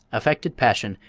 affected passion,